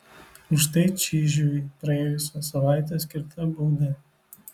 už tai čyžiui praėjusią savaitę skirta bauda